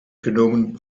genomen